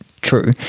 true